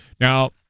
Now